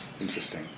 Interesting